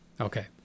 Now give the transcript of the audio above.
Okay